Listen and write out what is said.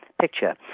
picture